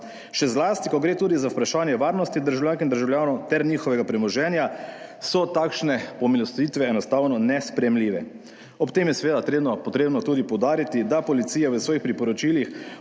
še zlasti, ko gre tudi za vprašanje varnosti državljank in državljanov ter njihovega premoženja so takšne pomilostitve enostavno nesprejemljive. Ob tem je seveda potrebno tudi poudariti, da policija v svojih priporočilih